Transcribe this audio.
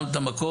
גם את המקום,